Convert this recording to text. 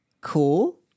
cool